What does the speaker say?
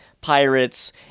pirates